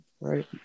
right